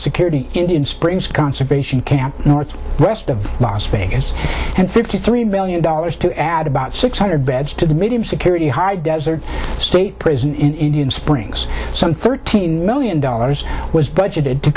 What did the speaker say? security indian springs conservation camp north west of las vegas and fifty three million dollars to add about six hundred beds to the medium security high desert state prison in indian springs some thirteen million dollars was budgeted to